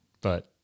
but-